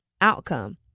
outcome